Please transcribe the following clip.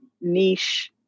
niche